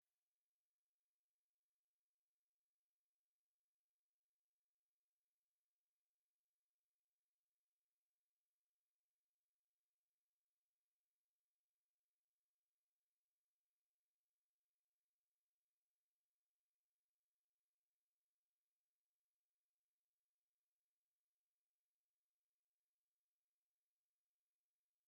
Abantu benshi bicaye nk'aho bari mu nama hari n'umugore wambaye ibitenge ufite indangururamajwi mu ntoki.